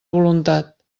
voluntat